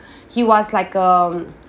he was like um